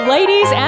Ladies